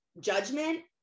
judgment